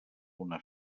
una